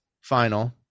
final